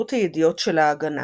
בשירות הידיעות של "ההגנה".